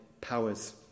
powers